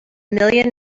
million